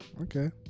okay